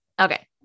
Okay